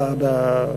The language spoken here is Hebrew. באו"ם,